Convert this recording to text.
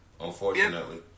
Unfortunately